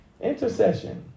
Intercession